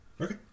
Okay